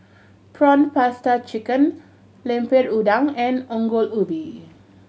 prawn paste chicken Lemper Udang and Ongol Ubi